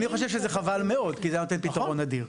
אני חושב שזה חבל מאוד כי זה היה נותן פתרון אדיר.